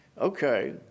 okay